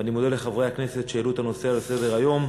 ואני מודה לחברי הכנסת שהעלו את הנושא על סדר-היום.